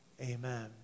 Amen